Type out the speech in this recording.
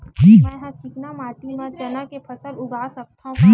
मै ह चिकना माटी म चना के फसल उगा सकथव का?